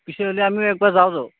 পিছে আমিও এবাৰ যাওঁতো